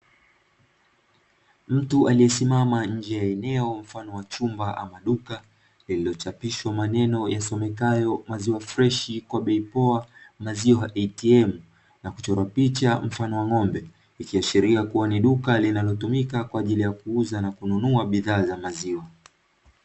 Mtu amesimama nje ya eneo mfano wa chumba ama duka liliochapishwa maneno yasomekayo maziwa freshi kwa bei poa maziwa ATM na kuchorwa picha mfano wa ng’ombe ikiashiria kuwa ni duka linalotumika kwa ajili ya kuuza na kununua bidhaa za maziwa.